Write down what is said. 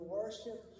worship